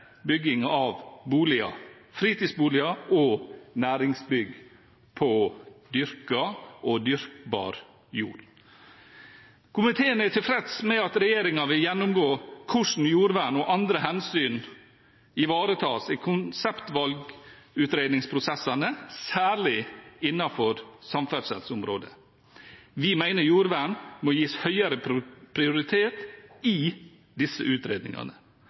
bygging av boliger, fritidsboliger og næringsbygg på dyrket og dyrkbar jord. Komiteen er tilfreds med at regjeringen vil gjennomgå hvordan jordvern og andre hensyn ivaretas i konseptvalgutredningsprosessene, særlig innenfor samferdselsområdet. Vi mener jordvern må gis høyere prioritet i disse utredningene.